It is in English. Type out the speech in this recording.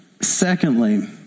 Secondly